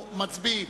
מצביעים.